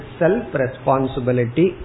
self-responsibility